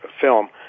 film